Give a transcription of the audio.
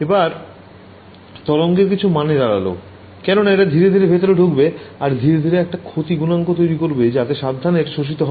এবার তরঙ্গের কিছু মানে দাঁড়ালো কেননা এটা ধীরে ধীরে ভেতরে ঢুকবে আর ধীরে ধীরে একটা ক্ষতি গুনাঙ্ক তৈরি করবে যাতে সাবধানে এটা শোষিত হয়